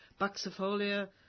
Buxifolia